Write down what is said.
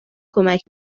کمک